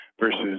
versus